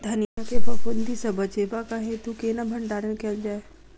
धनिया केँ फफूंदी सऽ बचेबाक हेतु केना भण्डारण कैल जाए?